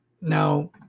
Now